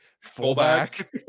fullback